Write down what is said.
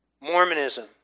Mormonism